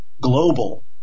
Global